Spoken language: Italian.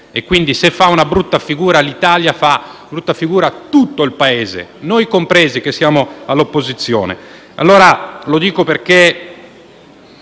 e, quindi, se fa una brutta figura l'Italia la fa tutto il Paese, noi compresi che siamo all'opposizione. Lo dico perché